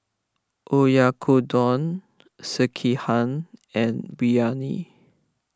Oyakodon Sekihan and Biryani